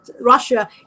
Russia